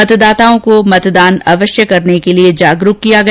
मतदाताओं को मतदान अवश्य करने के लिए जागरूक किया गया